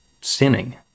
sinning